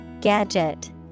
Gadget